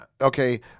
Okay